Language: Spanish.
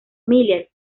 miller